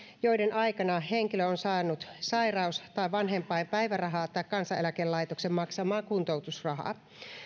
joiden aikana henkilö on saanut sairaus tai vanhempainpäivärahaa tai kansaneläkelaitoksen maksamaa kuntoutusrahaa